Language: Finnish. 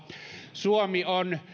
suomi on